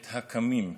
את הקמים.